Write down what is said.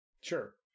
Sure